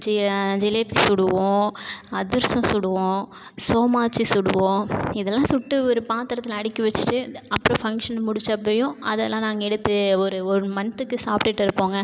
G jalebi சுடுவோம் அதிரசம் சுடுவோம் சோமாச்சி சுடுவோம் இதல்லாம் சுட்டு ஒரு பாத்தரத்தில் அடுக்கி வச்சுட்டு அப்புறம் ஃபங்க்ஷன் முடிச்சப்பையும் அதல்லாம் நாங்கள் எடுத்து ஒரு ஒன் மன்த்துக்கு சாப்பிட்டுட்டு இருப்போங்க